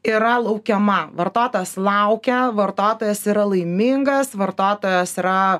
yra laukiama vartotojas laukia vartotojas yra laimingas vartotojas yra